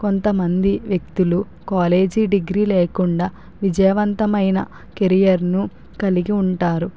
కొంతమంది వ్యక్తులు college degree లేకుండా విజయవంతమైన కెరియర్ ను కలిగి ఉంటారు